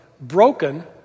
broken